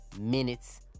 minutes